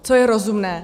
Co je rozumné?